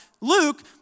Luke